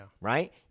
Right